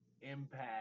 impact